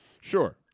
Sure